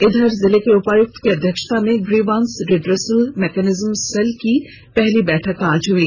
इधर जिले के उपायुक्त की अध्यक्षता में ग्रीवांस रिड्रेसल मेकैनिज्म सेल की पहली बैठक आज हुई